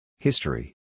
History